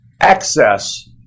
access